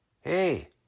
Hey